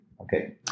okay